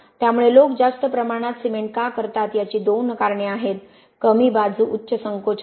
त्यामुळे लोक जास्त प्रमाणात सिमेंट का करतात याची दोन कारणे आहेत कमी बाजू उच्च संकोचन